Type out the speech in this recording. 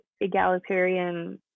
egalitarian